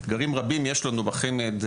אתגרים רבים יש לנו בחמ"ד,